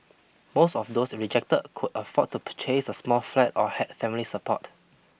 most of those rejected could afford to purchase a small flat or had family support